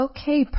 Okay